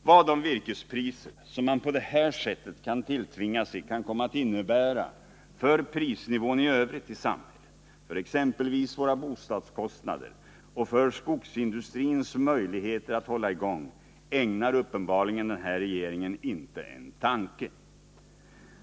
Vad de virkespriser som man på det här sättet kan tilltvinga sig kan komma att innebära för prisnivån i övrigt i samhället, för exempelvis våra boendekostnader och för skogsindustrins möjligheter att hålla i gång produktionen ägnar den här regeringen uppenbarligen inte en tanke.